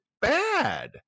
bad